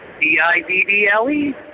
D-I-D-D-L-E